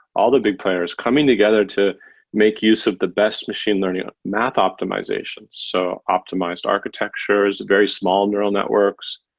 all the big players coming together to make use of the best machine learning math optimization. so, optimized architectures, very small neural networks,